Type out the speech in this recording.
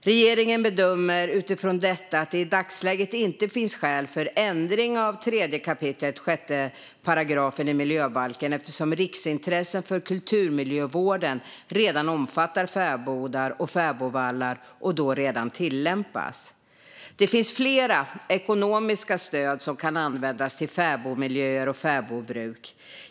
Regeringen bedömer utifrån detta att det i dagsläget inte finns skäl för ändring av 3 kap. 6 § miljöbalken eftersom riksintressen för kulturmiljövården redan omfattar fäbodar och fäbodvallar och då redan tillämpas. Det finns flera ekonomiska stöd som kan användas till fäbodmiljöer och fäbodbruk.